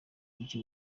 buke